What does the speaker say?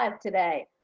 today